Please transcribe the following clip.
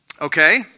okay